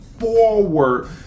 Forward